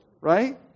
right